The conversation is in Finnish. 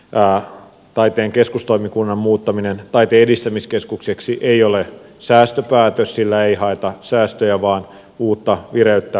ja taiteen keskustoimikunnan muuttaminen taiteen edistämiskeskukseksi ei ole säästöpäätös sillä ei haeta säästöjä vaan uutta vireyttä